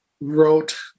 wrote